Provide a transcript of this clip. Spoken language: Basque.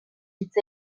hitz